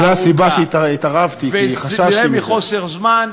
זאת הסיבה שהתערבתי, חששתי מזה.